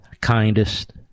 kindest